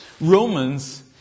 Romans